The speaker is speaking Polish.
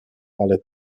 ale